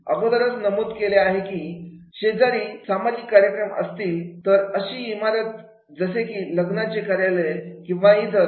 अगोदरच मी नमूद केले आहे की शेजारी सामाजिक कार्यक्रम असतील तर अशी इमारत जसे की लग्नाचे कार्यालय किंवा इतर